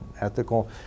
ethical